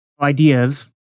ideas